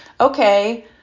okay